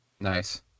Nice